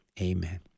Amen